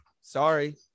sorry